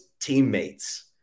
teammates